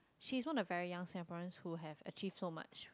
she's one of the very young Singaporeans who have achieved so much